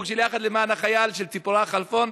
של יחד למען החייל של ציפורה חלפון.